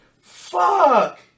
Fuck